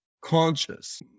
conscious